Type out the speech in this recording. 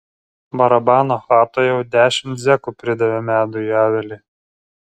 barabano chatoje jau dešimt zekų pridavė medų į avilį